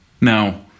Now